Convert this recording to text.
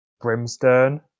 Brimstone